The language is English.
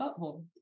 butthole